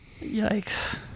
yikes